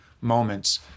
moments